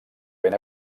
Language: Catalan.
ben